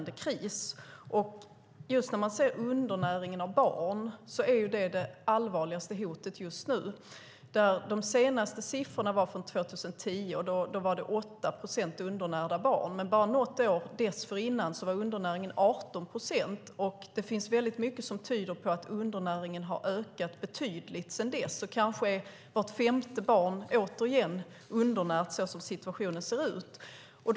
Det allvarligaste hotet just nu är undernäringen hos barnen. De senaste siffrorna är från 2010, och de visade att det fanns 8 procent undernärda barn. Bara något år dessförinnan var 18 procent undernärda. Mycket tyder på att undernäringen har ökat betydligt sedan dess. Såsom situationen ser ut nu kan vart femte barn återigen vara undernärt.